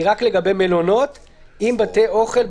שהיא רק לגבי מלונות עם בתי אוכל,